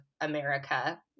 America